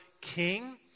king